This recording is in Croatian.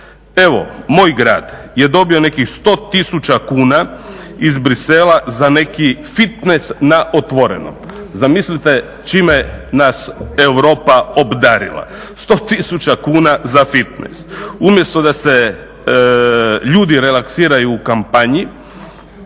Evo moj grad je dobio nekih 100 000 kuna za neki fitnes na otvorenom. Zamislite čime nas Europa obdarila? 100000 kuna za fitnes, umjesto da se ljudi relaksiraju u kampanji.